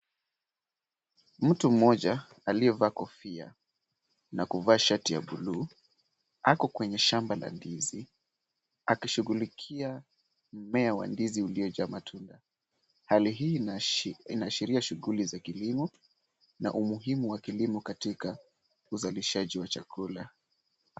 Mtu mmoja aliyevaa kofia na kuvaa shati ya blue , ako kwenye shamba la ndizi akishughulikia mmea wa ndizi uliojaa matunda. Hali hii inaashiria shughuli za kilimo na umuhimu wa kilimo katika uzalishaji wa chakula.